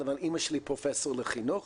אבל אמא שלי פרופסור לחינוך